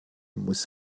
muss